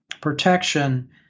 protection